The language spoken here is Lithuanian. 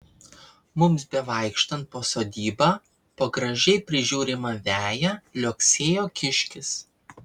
mums bevaikštant po sodybą po gražiai prižiūrimą veją liuoksėjo kiškis